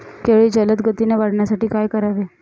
केळी जलदगतीने वाढण्यासाठी काय करावे?